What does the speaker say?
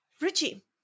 Richie